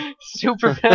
Superman